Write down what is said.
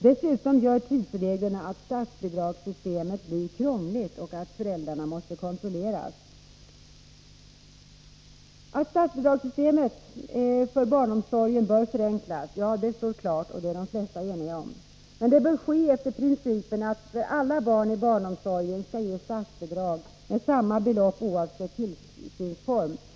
Dessutom gör tidsreglerna att statsbidragssystemet blir krångligt och att föräldrarna måste kontrolleras. Att statsbidragssystemet för barnomsorgen bör förenklas står klart — det är de flesta eniga om. Men det bör ske efter principen att för alla barn i barnomsorgen skall ges statsbidrag med samma belopp oavsett tillsynsform.